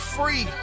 free